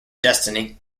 destiny